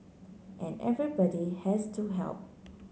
and everybody has to help